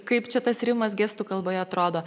kaip čia tas rimas gestų kalboje atrodo